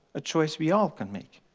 a choice we all can make.